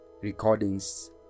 recordings